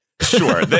Sure